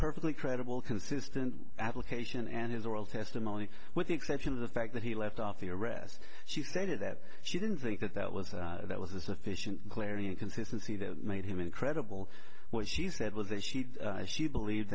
perfectly credible consistent application and his oral testimony with the exception of the fact that he left off the arrest she stated that she didn't think that that was that was the sufficient clarity and consistency that made him incredible what she said was that she believed